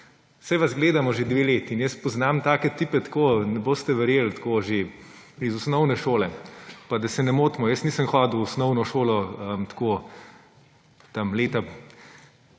saj vas gledamo že dve leti. Jaz poznam take tipe tako, ne boste verjeli, iz osnovne šole. Pa da se ne motimo, jaz nisem hodil v osnovno šolo tam leta